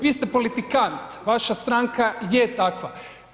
Vi ste politikant, vaša stranka je takva.